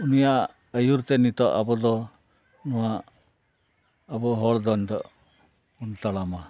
ᱩᱱᱤᱭᱟᱜ ᱟᱹᱭᱩᱨᱛᱮ ᱱᱤᱛᱚᱜ ᱟᱵᱚ ᱫᱚ ᱱᱚᱣᱟ ᱟᱵᱚ ᱦᱚᱲ ᱫᱚ ᱱᱤᱛᱚᱜ ᱛᱟᱲᱟᱢᱟ